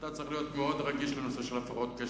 אתה צריך להיות מאוד רגיש לנושא של הפרעות קשב.